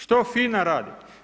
Što FINA radi?